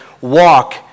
walk